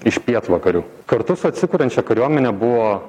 iš pietvakarių kartu su atsikuriančia kariuomene buvo